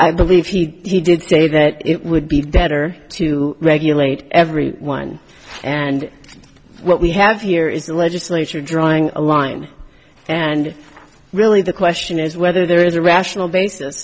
i believe he did say that it would be better to regulate every one and what we have here is a legislature drawing a line and really the question is whether there is a rational basis